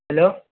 hello